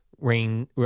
rain